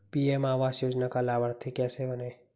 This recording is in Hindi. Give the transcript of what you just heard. पी.एम आवास योजना का लाभर्ती कैसे बनें?